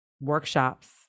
workshops